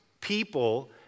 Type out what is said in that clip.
people